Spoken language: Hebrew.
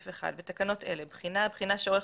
בתקנות אלה "בחינה" בחינה שעורך